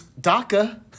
DACA